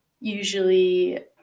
usually